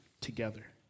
together